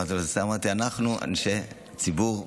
אמרתי: אנחנו אנשי ציבור ושליחים,